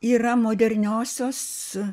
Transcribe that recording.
yra moderniosios